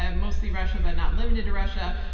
ah mostly russia, but not limited to russia,